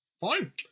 fine